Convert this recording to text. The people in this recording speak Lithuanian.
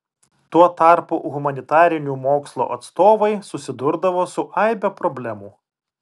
tuo tarpu humanitarinių mokslo atstovai susidurdavo su aibe problemų